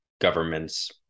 governments